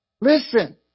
Listen